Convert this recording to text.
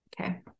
Okay